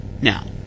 Now